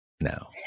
now